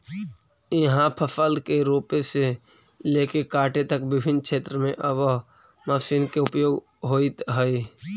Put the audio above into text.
इहाँ फसल के रोपे से लेके काटे तक विभिन्न क्षेत्र में अब मशीन के उपयोग होइत हइ